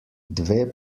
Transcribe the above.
dve